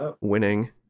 Winning